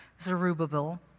Zerubbabel